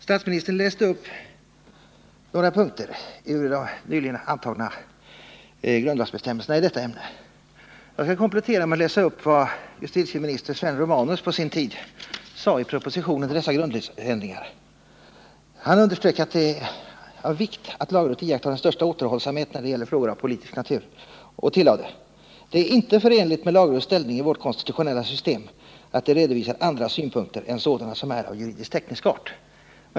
Statsministern läste upp några punkter ur de nyligen antagna grundlagsbestämmelserna på detta område. Jag kan komplettera med att läsa upp vad justitieministern Sven Romanus på sin tid anförde i propositionen om dessa grundlagsändringar. Han underströk att det är av vikt att lagrådet iakttar den största återhållsamhet när det gäller frågor av politisk natur. Han tillade: ”Det är inte förenligt med lagrådets ställning i vårt konstitutionella system att det redovisar andra synpunkter än sådana som är av juridisk-teknisk art”.